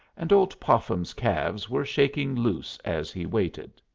and old popham's calves were shaking loose as he waited.